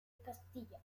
castilla